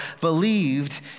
believed